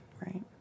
Right